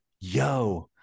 Yo